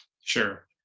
Sure